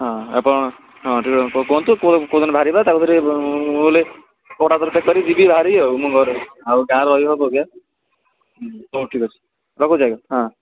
ହଁ ଆପଣ କୁହନ୍ତୁ କେଉଁ ଦିନ ବାହାରିବା ତାପରେ ବୋଲେ ବରା ତରକାରୀ କରି ଯିବି ବାହାରିବି ଘରେ ଆଉ ଗାଁରେ ରହିହବ କିୟା ହଉ ଠିକ୍ ଅଛି ରଖୁଛି ଆଜ୍ଞା ହଁ